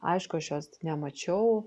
aišku aš jos nemačiau